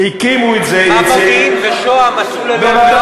תגיד לו מה מודיעין ושוהם עשו ללוד ורמלה.